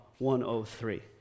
103